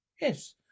yes